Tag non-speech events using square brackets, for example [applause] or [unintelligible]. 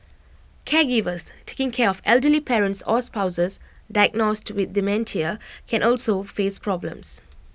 caregivers [unintelligible] taking care of elderly parents or spouses diagnosed with dementia can also face problems